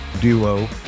duo